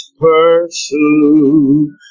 pursue